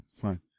fine